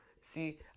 See